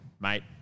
mate